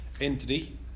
entity